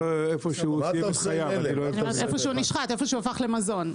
איפה שנשחט, איפה שהפך למזון.